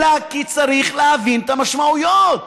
אלא כי צריך להבין את המשמעויות.